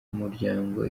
muryango